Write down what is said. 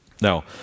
Now